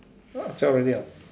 ah zao already ah